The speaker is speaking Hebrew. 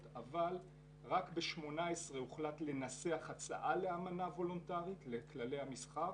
אבל רק בשנת 2018 הוחלט לנסח הצעה לאמנה וולנטרית לכללי המסחר